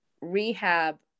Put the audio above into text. rehab